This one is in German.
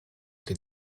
den